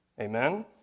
Amen